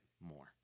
more